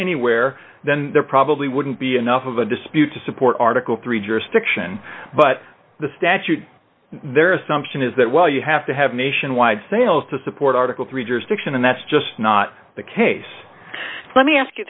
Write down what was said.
anywhere then there probably wouldn't be enough of a dispute to support article three jurisdiction but the statute their assumption is that well you have to have nationwide sales to support article three jurisdiction and that's just not the case let me ask you